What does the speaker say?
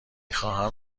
خواهم